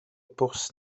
bws